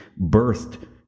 birthed